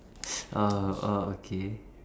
oh oh okay